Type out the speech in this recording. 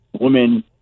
women